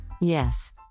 Yes